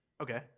Okay